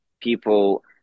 people